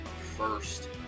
first